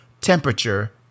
temperature